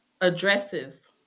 addresses